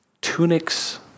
tunics